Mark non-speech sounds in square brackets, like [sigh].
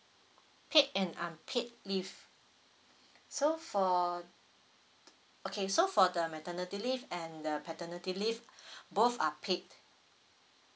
paid and unpaid leave so for okay so for the maternity leave and the paternity leave [breath] both are paid